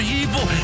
evil